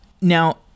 Now